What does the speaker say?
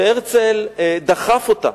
שהרצל דחף אותה.